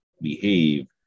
behave